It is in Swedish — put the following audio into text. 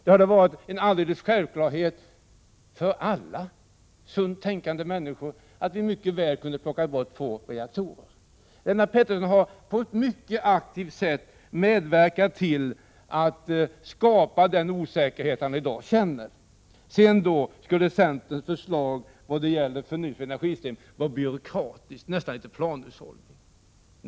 Det hade varit alldeles självklart för alla sunt tänkande människor att vi mycket väl kunde ”plocka bort” två reaktorer. Lennart Pettersson har på ett mycket aktivt sätt medverkat till att skapa den osäkerhet han själv nu känner. Enligt Lennart Pettersson skulle centerns förslag vad gäller nytt energisystem vara byråkratiskt, nästan litet av planhushållning.